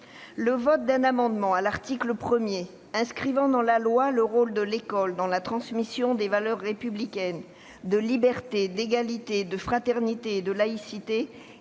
Le vote d'un amendement à l'article 1, visant à inscrire dans la loi le rôle de l'école dans la transmission des valeurs républicaines de liberté, d'égalité, de fraternité et de laïcité, était